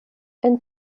and